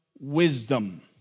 wisdom